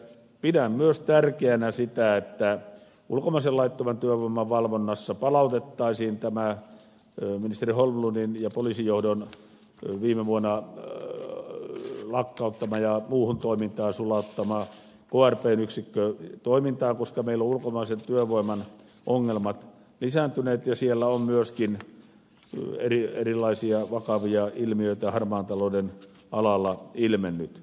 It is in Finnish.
pidän myös tärkeänä sitä että ulkomaisen laittoman työvoiman valvonnassa palautettaisiin toimintaan ministeri holmlundin ja poliisijohdon viime vuonna lakkauttama ja muuhun toimintaan sulauttama krpn yksikkö koska meillä ovat ulkomaisen työvoiman ongelmat lisääntyneet ja siellä on myöskin erilaisia vakavia ilmiöitä harmaan talouden alalla ilmennyt